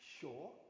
sure